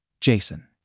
Jason